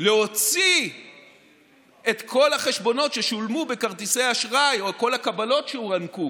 להוציא את כל החשבונות ששולמו בכרטיסי אשראי או את כל הקבלות שהוענקו